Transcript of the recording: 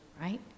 right